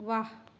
वाह